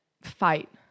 fight